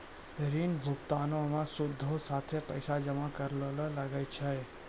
ऋण भुगतानो मे सूदो साथे पैसो जमा करै ल लागै छै